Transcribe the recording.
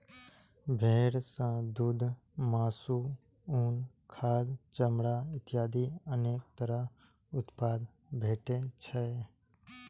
भेड़ सं दूघ, मासु, उन, खाद, चमड़ा इत्यादि अनेक तरह उत्पाद भेटै छै